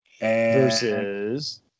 Versus